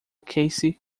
cassie